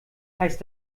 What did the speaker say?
heißt